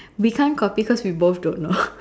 we can't copy cause we both don't know